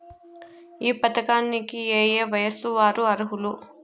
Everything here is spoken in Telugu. ఈ పథకానికి ఏయే వయస్సు వారు అర్హులు?